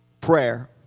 Prayer